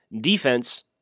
defense